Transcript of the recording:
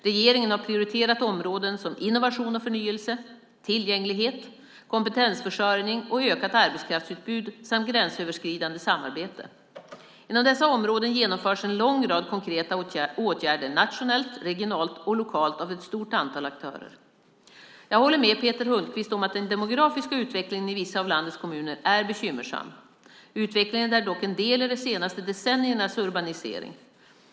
Regeringen har prioriterat områden som innovation och förnyelse, tillgänglighet, kompetensförsörjning och ökat arbetskraftsutbud samt gränsöverskridande samarbete. Inom dessa områden genomförs en lång rad konkreta åtgärder nationellt, regionalt och lokalt av ett stort antal aktörer. Jag håller med Peter Hultqvist om att den demografiska utvecklingen i vissa av landets kommuner är bekymmersam. Utvecklingen är dock en del i de senaste decenniernas urbanisering.